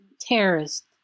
terrorist